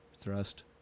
thrust